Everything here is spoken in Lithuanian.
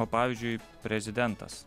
o pavyzdžiui prezidentas